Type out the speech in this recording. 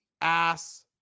ass